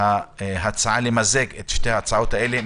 ההצעה למזג את שתי ההצעות האלה.